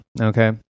Okay